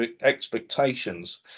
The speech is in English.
expectations